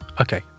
Okay